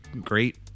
great